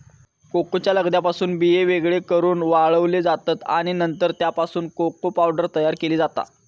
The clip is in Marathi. कोकोच्या लगद्यापासून बिये वेगळे करून वाळवले जातत आणि नंतर त्यापासून कोको पावडर तयार केली जाता